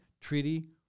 Treaty